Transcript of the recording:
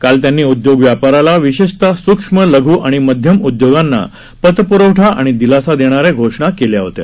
काल त्यांनी उदयोग व्यापाराला विशेषतः सूक्ष्म लघ् आणि मध्यम उदयोगांना त रवठा आणि दिलासा देणाऱ्या घोषणा केल्या होत्या